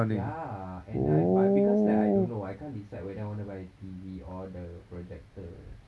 ya and I but because like I don't know I can't decide whether I wanna buy a T_V or the projector